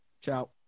Ciao